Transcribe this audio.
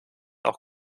auch